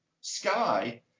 Sky